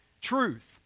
truth